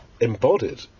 embodied